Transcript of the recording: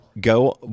go